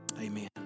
amen